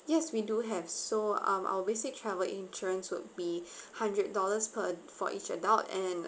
yes we do have so um our basic travel insurance would be hundred dollars per for each adult and